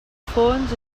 fons